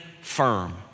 firm